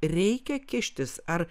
reikia kištis ar